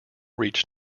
reached